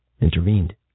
intervened